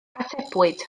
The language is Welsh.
atebwyd